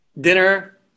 Dinner